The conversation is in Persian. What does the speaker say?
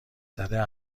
زده